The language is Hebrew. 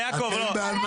אתם בהנמקה.